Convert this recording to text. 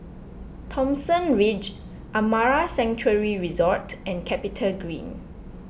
Thomson Ridge Amara Sanctuary Resort and CapitaGreen